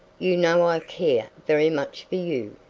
you know i care very much for you,